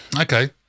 okay